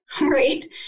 right